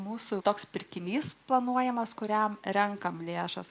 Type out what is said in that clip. mūsų toks pirkinys planuojamas kuriam renkame lėšas